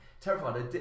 terrified